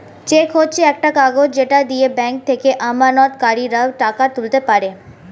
check হচ্ছে একটা কাগজ যেটা দিয়ে ব্যাংক থেকে আমানতকারীরা টাকা তুলতে পারে